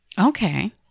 Okay